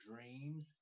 dreams